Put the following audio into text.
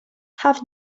have